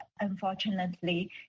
unfortunately